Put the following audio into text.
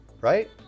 right